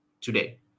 today